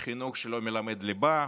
לחינוך שלא מלמד ליבה,